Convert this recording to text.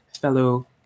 fellow